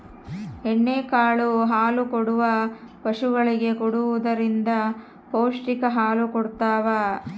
ಎಣ್ಣೆ ಕಾಳು ಹಾಲುಕೊಡುವ ಪಶುಗಳಿಗೆ ಕೊಡುವುದರಿಂದ ಪೌಷ್ಟಿಕ ಹಾಲು ಕೊಡತಾವ